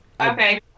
Okay